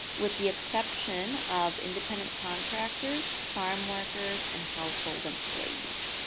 with the exception of independent contractors, farm workers, and household employees.